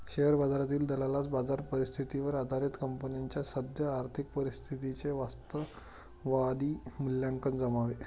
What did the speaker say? share बाजारातील दलालास बाजार परिस्थितीवर आधारित कंपनीच्या सद्य आर्थिक परिस्थितीचे वास्तववादी मूल्यांकन जमावे